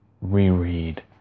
reread